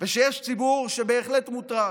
ושיש ציבור שבהחלט מוטרד.